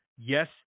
Yes